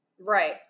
Right